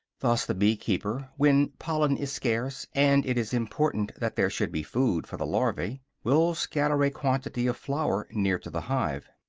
thus the bee-keeper, when pollen is scarce and it is important that there should be food for the larvae, will scatter a quantity of flour near to the hive.